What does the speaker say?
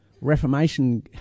Reformation